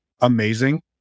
amazing